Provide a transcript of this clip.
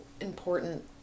important